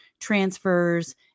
transfers